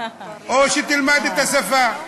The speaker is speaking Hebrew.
או שתלמד את השפה.